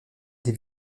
des